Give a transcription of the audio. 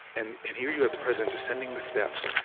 and and here you have the president descending the steps,